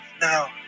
now